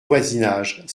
voisinage